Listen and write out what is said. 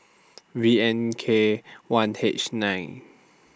V N K one H nine